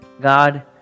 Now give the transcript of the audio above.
God